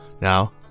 Now